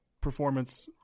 performance